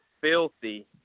filthy